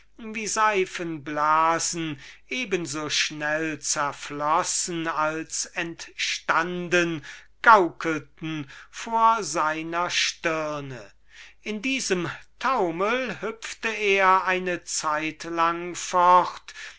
wie seifenblasen eben so schnell zerflossen als entstunden in diesem taumel tanzte und hüpfte er eine zeit lang fort